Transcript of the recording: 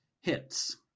hits